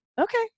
Okay